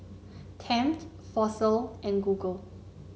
Tempt Fossil and Google